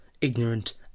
ignorant